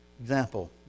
Example